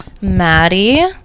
Maddie